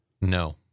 No